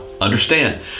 understand